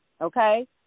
Okay